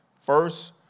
First